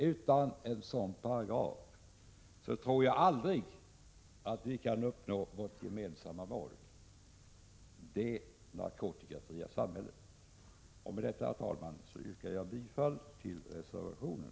Utan en sådan paragraf tror jag att vi aldrig kan uppnå vårt gemensamma mål — det narkotikafria samhället. Herr talman! Jag yrkar bifall till reservationen.